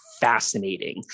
fascinating